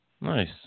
Nice